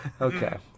Okay